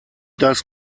das